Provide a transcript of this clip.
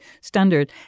standard